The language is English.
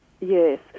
Yes